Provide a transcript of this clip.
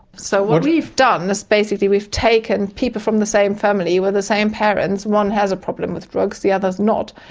so what we've done is so basically we've taken people from the same family with the same parents, one has a problem with drugs, the others not,